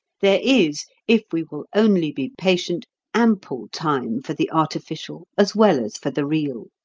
there is, if we will only be patient, ample time for the artificial as well as for the real.